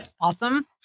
Awesome